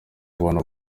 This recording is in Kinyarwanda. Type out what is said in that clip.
abana